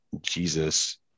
Jesus